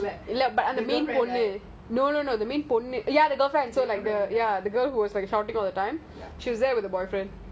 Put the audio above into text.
the girlfriend right